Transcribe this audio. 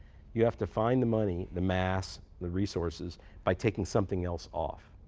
you have to find the money, the mass, the resources by taking something else off.